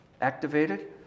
activated